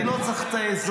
אני לא צריך את העזרה.